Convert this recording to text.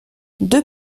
deux